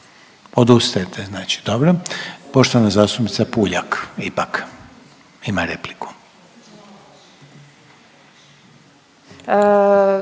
Odustajete znači. Dobro. Poštovana zastupnica Puljak, ipak ima repliku.